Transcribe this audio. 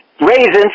Raisins